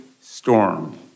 storm